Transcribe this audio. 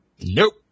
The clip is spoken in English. Nope